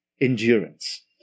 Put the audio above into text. endurance